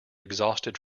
exhausted